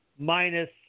Minus